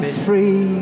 free